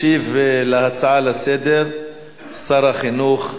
ישיב על ההצעות לסדר-היום שר החינוך,